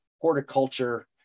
horticulture